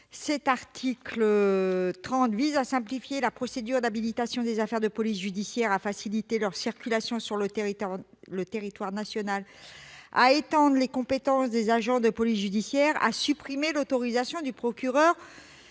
l'article 30 prévoit de simplifier la procédure d'habilitation des officiers de police judiciaire, de faciliter leur circulation sur le territoire national, d'étendre les compétences des agents de police judiciaire, de supprimer l'autorisation du procureur